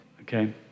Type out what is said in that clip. okay